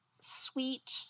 sweet